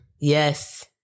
Yes